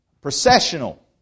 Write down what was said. processional